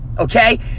okay